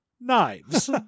knives